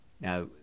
Now